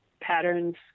Patterns